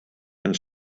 and